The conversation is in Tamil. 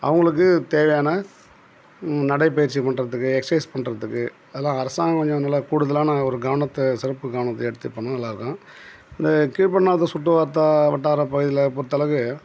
அவங்களுக்கு தேவையான நடைபயிற்சி பண்ணுறத்துக்கு எக்ஸைஸ் பண்ணுறத்துக்கு அதான் அரசாங்கம் கொஞ்சம் நல்லா கூடுதலான ஒரு கவனத்தை சிறப்பு கவனத்தை எடுத்து பண்ணால் நல்லாயிருக்கும் இந்த கீழ்பென்னாத்தூர் சுற்று வட்டார பகுதியில் பொறுத்த அளவுக்கு